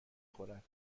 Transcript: خورد